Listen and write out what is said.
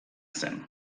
zen